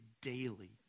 daily